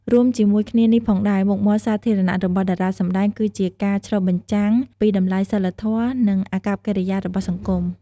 រួមជាមួយគ្នានេះផងដែរ មុខមាត់សាធារណៈរបស់តារាសម្ដែងគឺជាការឆ្លុះបញ្ចាំងពីតម្លៃសីលធម៌ និងអាកប្បកិរិយារបស់សង្គម។